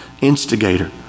instigator